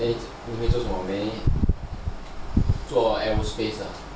then 你要做什么做 aerospace 的 ah